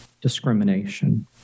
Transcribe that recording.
discrimination